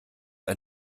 ein